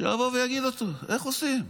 שיבוא ויגיד: איך עושים?